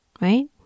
Right